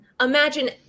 imagine